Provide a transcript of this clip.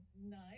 nice